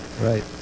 Right